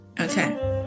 Okay